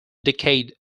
decade